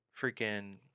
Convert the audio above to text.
freaking